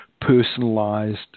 personalized